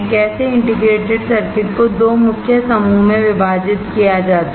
कैसे integrated circuit को 2 मुख्य समूह में विभाजित किया जाता है